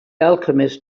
alchemist